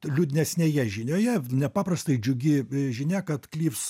liūdnesnėje žinioje nepaprastai džiugi žinia kad klyvs